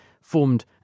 formed